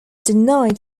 denied